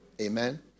Amen